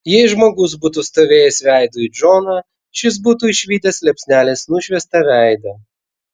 jei žmogus būtų stovėjęs veidu į džoną šis būtų išvydęs liepsnelės nušviestą veidą